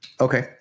okay